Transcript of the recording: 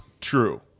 true